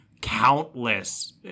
countless